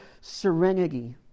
serenity